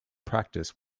practice